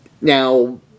Now